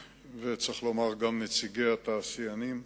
וצריך לומר שגם לבין נציגי התעשיינים.